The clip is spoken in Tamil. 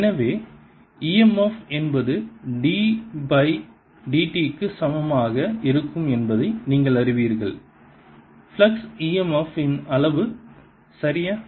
எனவே e m f என்பது d பை dt க்கு சமமாக இருக்கும் என்பதை நீங்கள் அறிவீர்கள் ஃப்ளக்ஸ் emf இன் அளவு சரியா